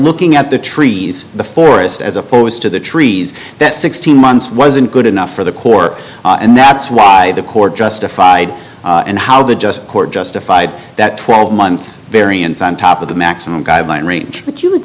looking at the trees the forest as opposed to the trees that sixteen months wasn't good enough for the core and that's why the court justified and how the just court justified that twelve month variance on top of the maximum guideline range that you would